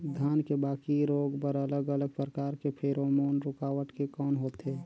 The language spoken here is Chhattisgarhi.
धान के बाकी रोग बर अलग अलग प्रकार के फेरोमोन रूकावट के कौन होथे?